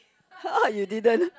you didn't